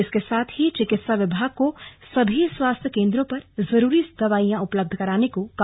इसके साथ ही चिकित्सा विभाग को सभी स्वास्थ्य केंद्रों पर जरूरी दवाइयां उपलब्ध कराने को कहा